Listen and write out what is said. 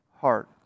heart